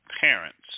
parents